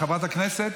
חברת הכנסת,